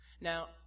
now